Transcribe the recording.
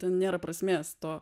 ten nėra prasmės to